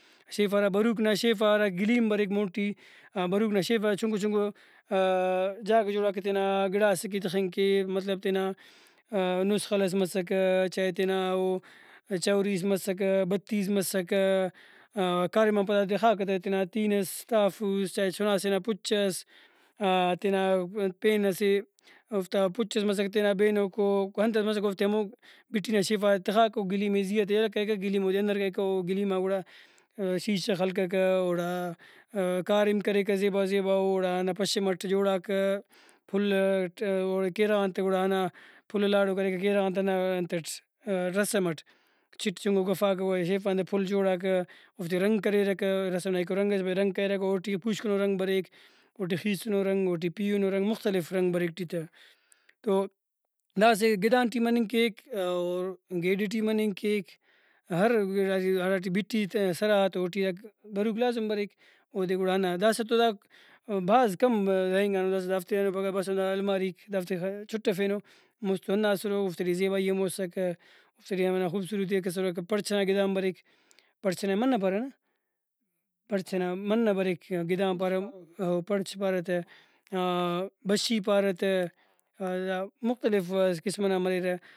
شیف آ ہرا برُوک نا شیفا ہرا گلیم بریک مون ٹی بروک نا شیفا چنکو چنکو جاگہ جوڑاکہ تینا گڑاسیکہ تخنگ کہ مطلب تینا نسخل ئس مسکہ چائے تینا او چوریس مسکہ بتیس مسکہ کاریمان پدا تخاکہ تا تینا تِینس تافوس چائے چُھناسے نا پُچ ئس تینا پین اسہ اوفتا پُچ ئس مسکہ تینا بینوکو انتس مسکہ اوفتے ہمو بِٹی نازیہا تخاکہ او گلیم ئے زیہاتہ یلہ کریکہ گلیم اودے اندر کریکہ او گلیما گڑا شیشہ خلککہ اوڑا کاریم کریکہ زیبا زیباؤ اوڑا ہندا پشم اٹ جوڑاکہ پھل اٹ اوڑے کیرغان تے گڑاہندا پھل لاڑو کریکہ کیرغانتہ ہندا انتٹ رسم اٹ چِٹ چُنکو گوفاکہ گڑا شیفان پھل جوڑاکہ اوفتے رنگ کریرکہ رسم نا یکہ او رنگس بریک رنگ کریرکہ اوٹی پوشکنو رنگ بریک اوٹی خیسنو اوٹی پیہنو رنگ مختلف رنگ بریک ٹی تہ تو دا اسہ گدان ٹی مننگ کیک اور گیڈ ٹی مننگ کیک ہر گڑاٹی ہراٹی بِٹی تہ سرغا تو اوٹی بروک لازم بریک اودے گڑا ہندا داسہ تو داک بھاز کم رہینگانو داسہ دافتے اینو پھگہ بس ہندا الماریک دافتے چُٹفینو مُست تو ہندا اسرہ اوفتے ٹی زیبائی ہمو اسکہ اوفتے ٹی ہمونا خوبصورتیک اسرکہ پڑچ ئنا گدان بریک پڑچ ئنائے منہ پارہ نہ پڑچ ئنا منہ بریک گدان پارہ پڑچ پارہ تہ بشی پارہ ولدا مختلف اسہ قسم ئنا مریرہ